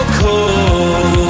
cold